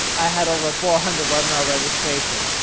i had over four hundred webinar ah registrations,